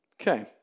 Okay